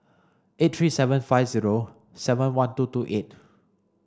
eight three seven five zero seven one two two eight